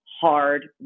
hard